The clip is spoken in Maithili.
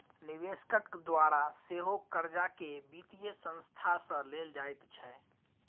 निवेशकक द्वारा सेहो कर्जाकेँ वित्तीय संस्था सँ लेल जाइत छै